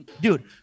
Dude